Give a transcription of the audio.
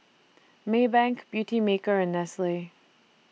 Maybank Beautymaker and Nestle